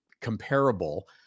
comparable